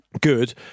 Good